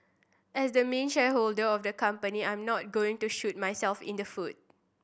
as the main shareholder of the company I'm not going to shoot myself in the foot